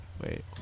Wait